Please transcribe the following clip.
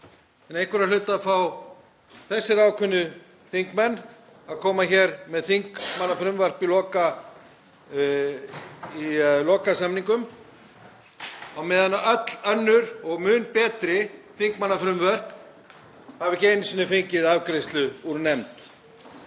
en einhverra hluta vegna fá þessir ákveðnu þingmenn að koma hér með þingmannafrumvarp í lokasamningum á meðan öll önnur og mun betri þingmannafrumvörp hafa ekki einu sinni fengið afgreiðslu úr nefnd.